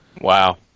Wow